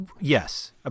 Yes